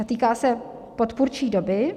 Týká se podpůrčí doby.